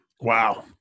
Wow